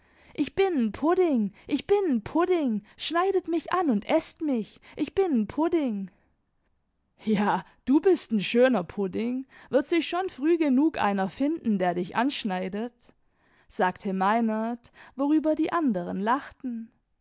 ich bin n pudding ich bin n pudding schneidet mich an und eßt mich ich bin n pudding l ja du bist n schöner pudding wird sich schon früh genug einer finden der dich anschneidet i sagte meinert worüber die anderen lachten